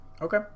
Okay